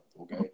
Okay